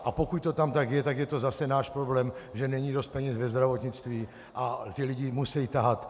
A pokud to tam tak je, tak je to zase náš problém, že není dost peněz ve zdravotnictví a ty lidi musejí tahat.